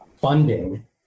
funding